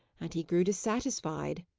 and he grew dissatisfied,